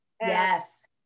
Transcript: Yes